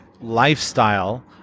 lifestyle